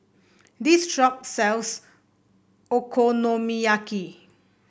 this shop sells Okonomiyaki